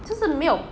就是没有